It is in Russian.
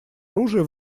оружия